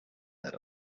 that